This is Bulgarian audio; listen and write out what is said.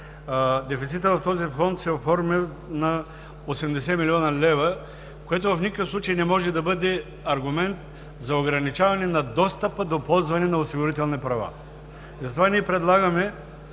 Дефицитът в този фонд се оформя на 80 млн. лв., което в никакъв случай не може да бъде аргумент за ограничаване на достъпа до ползване на осигурителни права. Затова ние предлагаме